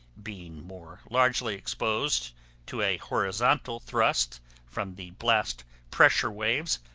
being more largely exposed to a horizontal thrust from the blast pressure waves,